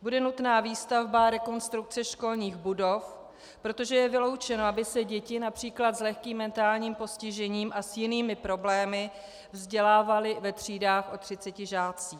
Bude nutná výstavba a rekonstrukce školních budov, protože je vyloučeno, aby se děti například s lehkým mentálním postižením a s jinými problémy vzdělávaly ve třídách o třiceti žácích.